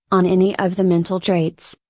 on any of the mental traits,